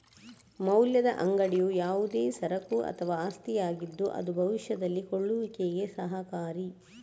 ಮೌಲ್ಯದ ಅಂಗಡಿಯು ಯಾವುದೇ ಸರಕು ಅಥವಾ ಆಸ್ತಿಯಾಗಿದ್ದು ಅದು ಭವಿಷ್ಯದಲ್ಲಿ ಕೊಳ್ಳುವಿಕೆಗೆ ಸಹಕಾರಿ